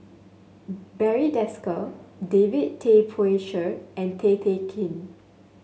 Barry Desker David Tay Poey Cher and Tay Kay Chin